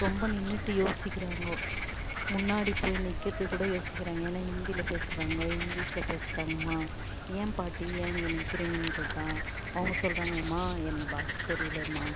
ரொம்ப நின்றுட்டு யோசிக்கிறாங்கோ முன்னாடி போய் நிற்கிறத்துக்கூட யோசிக்கிறாங்க ஏன்னால் ஹிந்தியில் பேசுகிறாங்கோ இங்கிலீஷில் பேசுகிறாங்கம்மா ஏன் பாட்டி ஏன் இங்கே நிற்கிறீங்கன்னு கேட்டால் அவங்க சொல்கிறாங்க ஏம்மா எனக்கு பாஷை தெரியலயம்மா